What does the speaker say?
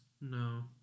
No